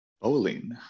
bowling